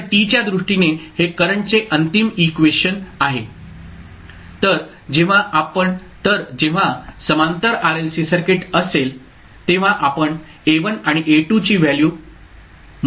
तर t च्या दृष्टीने हे करंटचे अंतिम इक्वेशन आहे तर जेव्हा समांतर RLC सर्किट असेल तेव्हा आपण A1 आणि A2 ची व्हॅल्यू मोजू शकता